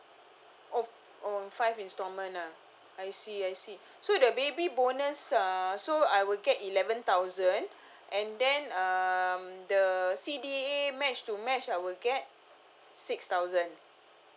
oh oh five instalment ah I see I see so the baby bonus ah so I will get eleven thousand and then um the C_D_A match to match I will get six thousand